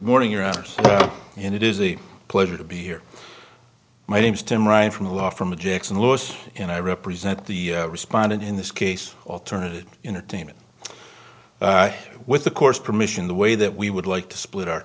morning around and it is a pleasure to be here my name's tim ryan from law from objects and laws and i represent the respondent in this case alternative entertainment with the course permission the way that we would like to split our